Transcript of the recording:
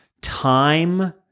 Time